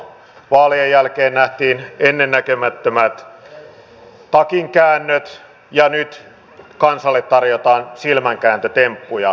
vaalien jälkeen nähtiin ennennäkemättömät takinkäännöt ja nyt kansalle tarjotaan silmänkääntötemppuja